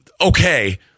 Okay